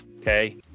Okay